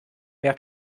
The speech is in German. mehr